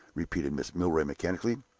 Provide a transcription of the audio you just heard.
repeated mrs. milroy, mechanically.